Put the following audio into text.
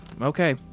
okay